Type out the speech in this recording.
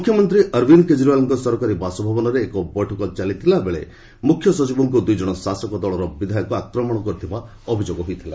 ମୁଖ୍ୟମନ୍ତ୍ରୀ ଅରବିନ୍ଦ କେଜରୀୱାଲ୍ଙ୍କ ସରକାରୀ ବାସଭବନରେ ଏକ ବୈଠକ ଚାଲିଥିଲା ବେଳେ ମୁଖ୍ୟ ସଚିବଙ୍କୁ ଦୁଇଜଣ ଶାସକ ଦଳ ବିଧାୟକ ଆକ୍ରମଣ କରିଥିବା ଅଭିଯୋଗ ହୋଇଥିଲା